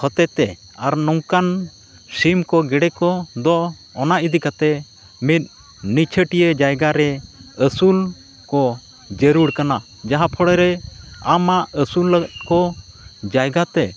ᱦᱚᱛᱮᱛᱮ ᱟᱨ ᱱᱚᱝᱠᱟᱱ ᱥᱤᱢ ᱠᱚ ᱜᱮᱰᱮ ᱠᱚ ᱫᱚ ᱚᱱᱟ ᱤᱫᱤ ᱠᱟᱛᱮᱫ ᱢᱤᱫ ᱱᱤᱪᱷᱟᱹᱴᱤᱭᱟᱹ ᱡᱟᱭᱜᱟ ᱨᱮ ᱟᱹᱥᱩᱞ ᱠᱚ ᱡᱟᱹᱨᱩᱲ ᱠᱟᱱᱟ ᱡᱟᱦᱟᱸ ᱯᱳᱲᱳ ᱨᱮ ᱟᱢᱟᱜ ᱟᱹᱥᱩᱞ ᱟᱠᱟᱫᱠᱚ ᱡᱟᱭᱜᱟ ᱛᱮ